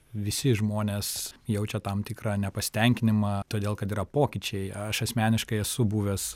visi žmonės jaučia tam tikrą nepasitenkinimą todėl kad yra pokyčiai aš asmeniškai esu buvęs